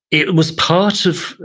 it was part of,